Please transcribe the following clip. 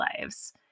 lives